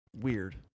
Weird